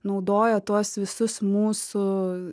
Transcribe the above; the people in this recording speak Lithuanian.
naudoja tuos visus mūsų